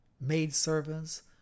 maidservants